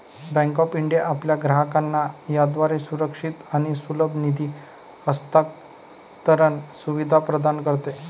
bank of India आपल्या ग्राहकांना याद्वारे सुरक्षित आणि सुलभ निधी हस्तांतरण सुविधा प्रदान करते